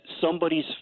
somebody's –